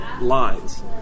lines